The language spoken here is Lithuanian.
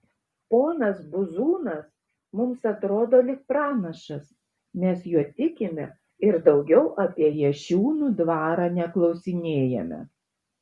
ponas buzūnas mums atrodo lyg pranašas mes juo tikime ir daugiau apie jašiūnų dvarą neklausinėjame